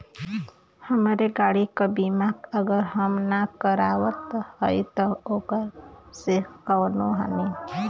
हमरे गाड़ी क बीमा अगर हम ना करावत हई त ओकर से कवनों हानि?